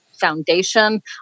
foundation